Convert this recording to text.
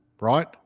right